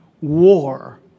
war